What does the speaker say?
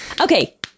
Okay